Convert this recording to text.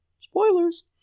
Spoilers